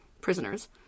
prisoners